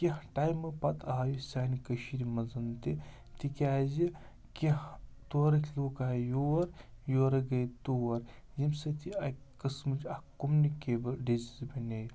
کینٛہہ ٹایمہٕ پَتہٕ آو یہِ سانہِ کٔشیٖرِ منٛز تہِ تِکیٛازِ کینٛہہ تورٕکۍ لُک آے یور یورٕکۍ گٔے تور ییٚمہِ سۭتۍ یہِ اَکہِ قٕسمٕچ اَکھ کُمنِکیبٕل ڈِزیٖز بَنے